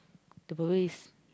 the problem is